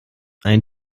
ein